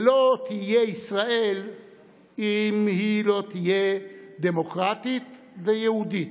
ולא תהיה ישראל אם היא לא תהיה דמוקרטית ויהודית,